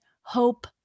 hope